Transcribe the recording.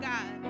God